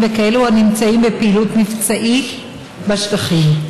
וכאלה הנמצאים בפעילות מבצעית בשטחים.